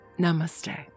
Namaste